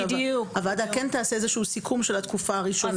שהוועדה כן תעשה איזשהו סיכום של התקופה הראשונה.